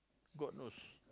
god knows